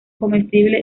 comestibles